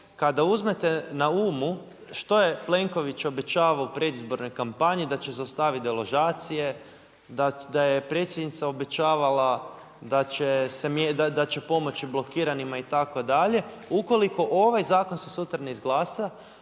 kada uzmete na umu što je Plenković obećavao u predizbornoj kampanji, da će zaustaviti deložacije, da je predsjednica obećavala da će pomoći blokiranima itd. ukoliko ovaj zakon se sutra ne izglasa